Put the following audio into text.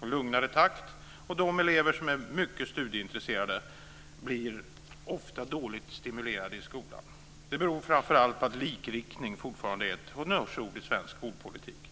och lugnare takt och de elever som är mycket studieintresserade blir ofta dåligt stimulerade i skolan. Det beror framför allt på att likriktning fortfarande är ett honnörsord i svensk skolpolitik.